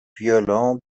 violents